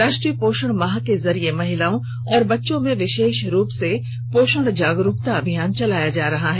राष्ट्रीय पोषण माह के जरिए महिलाओं और बच्चों में विशेष रूप से पोषण जागरूकता अभियान चलाया जा रहा है